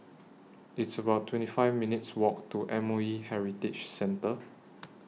It's about twenty five minutes' Walk to M O E Heritage Centre